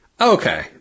Okay